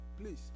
please